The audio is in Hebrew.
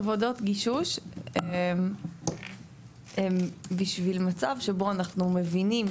עבודות גישוש הם בשביל מצב שבו אנחנו מבינים,